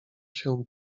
się